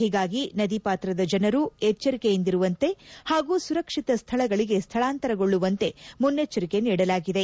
ಹೀಗಾಗಿ ನದಿಪಾತ್ರದ ಜನರು ಎಚ್ಚರಿಕೆ ಯಿಂದಿರುವಂತೆ ಹಾಗೂ ಸುರಕ್ಷಿತ ಸ್ಥಳಗಳಿಗೆ ಸ್ಥಳಾಂತರಗೊಳ್ಳುವಂತೆ ಮುನ್ನೆಚ್ಚರಿಕೆ ನೀಡಲಾಗಿದೆ